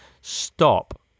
stop